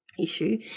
issue